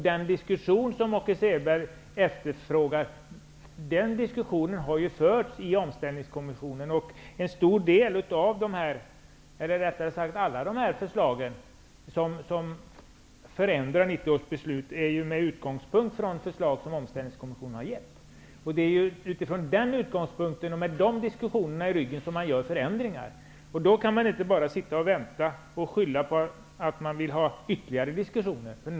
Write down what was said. Den diskussion som Åke Selberg efterfrågar har förts i Omställningskommissionen. Alla förslag om förändringar i 1990-års beslut har sin utgångspunkt i förslag från Omställningskommission. Utifrån den utgångspunkten och med dessa diskussioner i ryggen skall förändringarna göras. Man kan då inte bara sitta och vänta och skylla på att man vill ha ytterligare diskussioner.